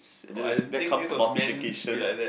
oh I don't think this was meant to be like that